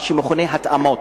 מה שמכונה "התאמות".